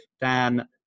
Dan